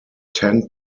ten